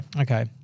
Okay